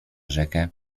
rzekę